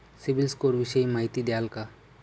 CIBIL score विषयी माहिती द्याल का?